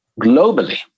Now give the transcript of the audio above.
Globally